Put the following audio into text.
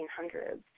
1800s